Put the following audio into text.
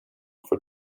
for